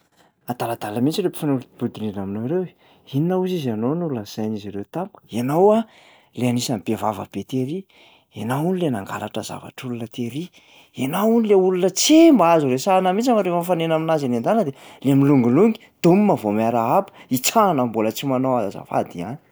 Adaladala mihitsy ireo mpifanolo-bodirindra aminao ireo e! Inona hozy izy ianao no nolazain'izy ireo tamiko? Ianao lay anisan'ny be vava be tery, ianao hony lay nangalatra zavatr'olona tery, ianao hony lay olona tsy mba azo resahana mihitsy fa rehefa mifanena aminazy eny an-dàlana de le milongilongy, domina vao miarahaba. Itsahana mbola tsy manao azafady ihany!